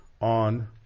on